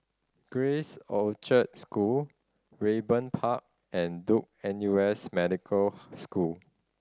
Grace Orchard School Raeburn Park and Duke N U S Medical School